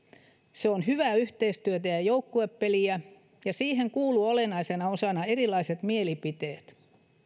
se on hyvää yhteistyötä ja ja joukkuepeliä ja siihen kuuluvat olennaisena osana erilaiset mielipiteet